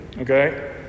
okay